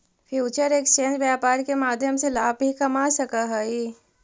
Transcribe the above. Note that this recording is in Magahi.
फ्यूचर एक्सचेंज व्यापार के माध्यम से लाभ भी कमा सकऽ हइ